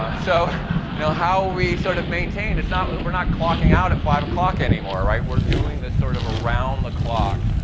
um so you know how are we sort of maintaining? it's not, we're not clocking out at five o'clock anymore, right? we're doing this sort of around the clock.